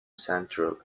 central